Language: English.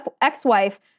ex-wife